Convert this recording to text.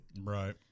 Right